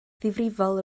ddifrifol